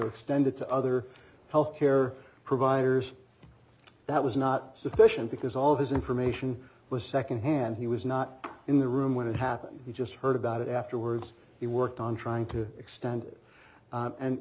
extend it to other health care providers that was not sufficient because all his information was secondhand he was not in the room when it happened you just heard about it afterwards he worked on trying to extend it and